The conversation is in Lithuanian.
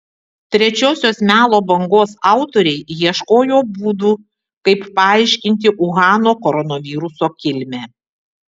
trečiosios melo bangos autoriai ieškojo būdų kaip paaiškinti uhano koronaviruso kilmę